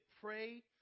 pray